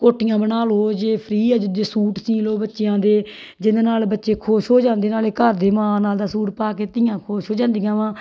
ਕੋਟੀਆਂ ਬਣਾ ਲਓ ਜੇ ਫ੍ਰੀ ਹੈ ਜੇ ਜੇ ਸੂਟ ਸਿਊ ਲਓ ਬੱਚਿਆਂ ਦੇ ਜਿਹਦੇ ਨਾਲ ਬੱਚੇ ਖੁਸ਼ ਹੋ ਜਾਂਦੇ ਨਾਲੇ ਘਰ ਦੇ ਮਾਂ ਨਾਲ ਦਾ ਸੂਟ ਪਾ ਕੇ ਧੀਆਂ ਖੁਸ਼ ਹੋ ਜਾਂਦੀਆਂ ਵਾਂ